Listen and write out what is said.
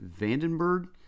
Vandenberg